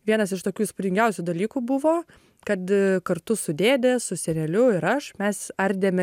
vienas iš tokių įspūdingiausių dalykų buvo kad kartu su dėde su seneliu ir aš mes ardėme